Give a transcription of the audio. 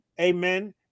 amen